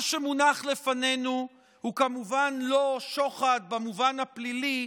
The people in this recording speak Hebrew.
מה שמונח לפנינו הוא כמובן לא שוחד במובן הפלילי,